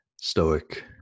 stoic